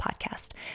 podcast